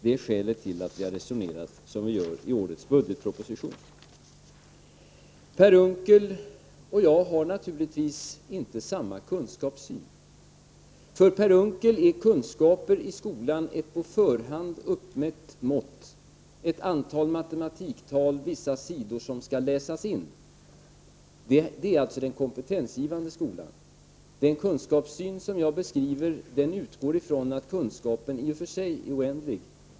Det är skälet till att vi resonerar som vi gör i årets budgetproposition. Per Unckel och jag har naturligtvis inte samma kunskapssyn. För Per Unckel är kunskaper i skolan ett på förhand uppmätt mått — ett antal matematiktal och vissa sidor som skall läsas in. Det är den kompetensgivande skolan. Den kunskapsyn som jag beskriver utgår från att kunskapen i och för sig är oändlig.